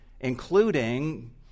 including